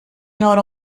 not